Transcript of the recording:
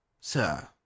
Sir